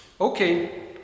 Okay